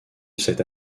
cette